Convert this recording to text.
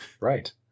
Right